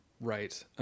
right